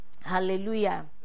Hallelujah